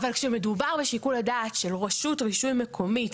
אבל כשמדובר בשיקול הדעת של רשות רישוי מקומית,